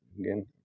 Again